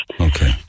Okay